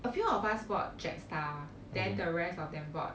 a few of us bought jetstar than the rest of them bought